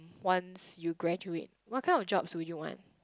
once you graduate what kind of jobs do you want